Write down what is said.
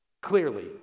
clearly